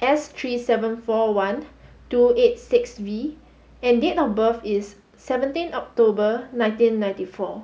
S three seven four one two eight six V and date of birth is seventeen October nineteen ninety four